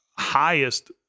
highest